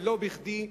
ולא בכדי,